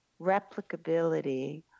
replicability